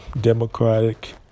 Democratic